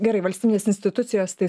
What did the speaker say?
gerai valstybinės institucijos tai